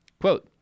Quote